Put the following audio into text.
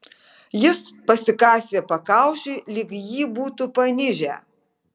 jis pasikasė pakaušį lyg jį būtų panižę